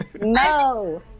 No